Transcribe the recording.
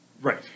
right